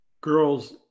girls